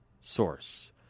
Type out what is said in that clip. source